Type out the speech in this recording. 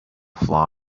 flaw